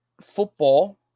football